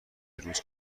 روز